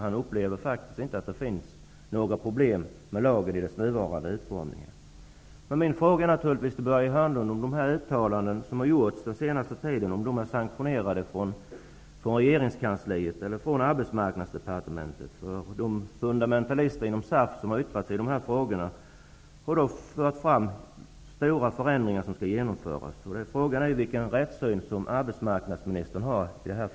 Han upplever inte att det finns några problem med lagen i dess nuvarande utformning. Min fråga till Börje Hörnlund är naturligtvis om de uttalanden som har gjorts under den senaste tiden är sanktionerade av regeringskansliet eller Arbetsmarknadsdepartementet. De fundamentalister inom SAF som har yttrat sig i dessa frågor har fört fram krav på genomförande av stora förändringar. Frågan är vilken rättssyn som arbetsmarknadsministern har i dessa sammanhang.